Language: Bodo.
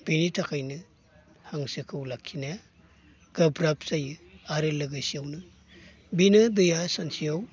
बेनि थाखायनो हांसोखौ लाखिनाया गोब्राब जायो आरो लोगोसेयावनो बेनो दैआ सानसेयाव